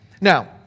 Now